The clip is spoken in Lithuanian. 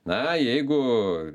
na jeigu